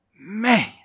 Man